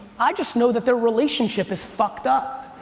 i just know that their relationship is fucked up.